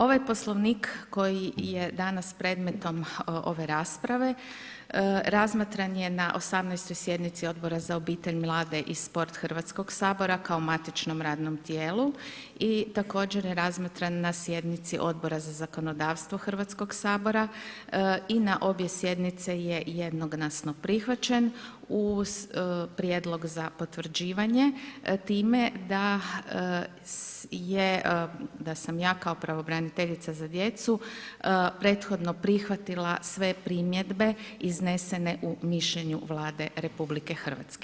Ovaj Poslovnik koji je danas predmetom ove rasprave razmatran je na 18. sjednici Odbora za obitelj, mlade i sport Hrvatskog sabora kao matičnom radnom tijelu i također je razmatran na sjednici Odbora za zakonodavstvo Hrvatskog sabora i na obje sjednice je jednoglasno prihvaćen uz prijedlog za potvrđivanje, time da sam ja kao pravobraniteljica za djecu prethodno prihvatila sve primjedbe iznesene u mišljenju Vlade RH.